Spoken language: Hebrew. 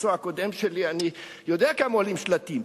מהמקצוע הקודם שלי אני יודע כמה עולים שלטים,